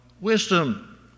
wisdom